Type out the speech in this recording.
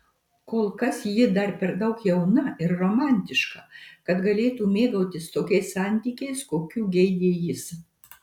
kol kas ji dar per daug jauna ir romantiška kad galėtų mėgautis tokiais santykiais kokių geidė jis